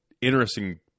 interesting